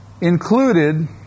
included